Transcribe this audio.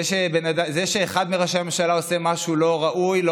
זה שאחד מראשי הממשלה עושה משהו לא ראוי לא